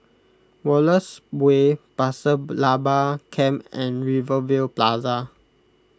Wallace Way Pasir Laba Camp and Rivervale Plaza